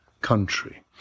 country